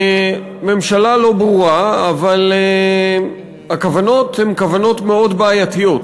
ממשלה לא ברורה אבל הכוונות הן כוונות מאוד בעייתיות.